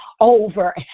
over